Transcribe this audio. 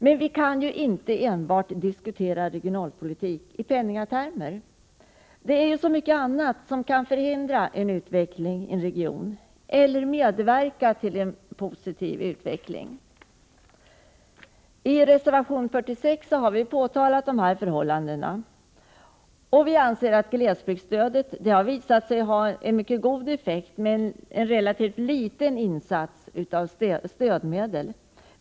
Men vi kan inte enbart diskutera regionalpolitik i penningtermer. Det är så mycket annat som kan förhindra en utveckling i en region eller medverka till en positiv utveckling. I reservation 46 har vi påpekat dessa förhållanden. Glesbygdsstödet har visat sig ha en mycket god effekt med en relativt liten insats av stödmedel.